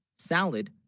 salad,